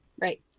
Right